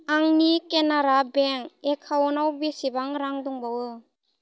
आंनि केनारा बेंक एकाउन्टाव बेसेबां रां दंबावो